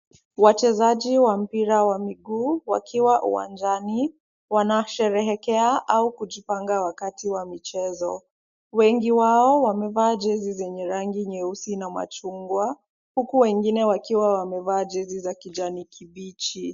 Wachezaji wa mpira wa miguu wakiwa uwanjani. Wanasherehekea au kujipanga wakati wa michezo. Wengi wao wamevaa jezi zenye rangi nyeusi na machungwa huku wengine wakiwa wamevaa jezi za kijani kibichi.